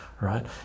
right